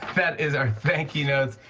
that is our thank you notes.